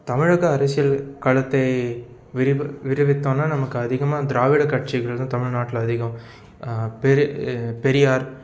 தமிழக அரசியல் களத்தை விரிவு விரிவித்தோன்னா நமக்கு அதிகமாக திராவிட கட்சிகள் தான் தமிழ்நாட்டில் அதிகம் ரி பெரியார்